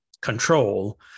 control